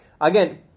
Again